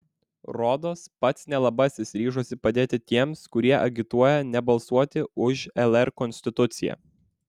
rodos pats nelabasis ryžosi padėti tiems kurie agituoja nebalsuoti už lr konstituciją